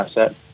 asset